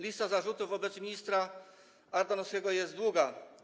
Lista zarzutów wobec ministra Ardanowskiego jest długa.